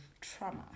trauma